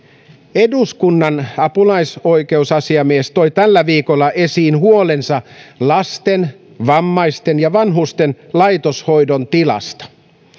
eduskunnan apulaisoikeusasiamies toi tällä viikolla esiin huolensa lasten vammaisten ja vanhusten laitoshoidon tilasta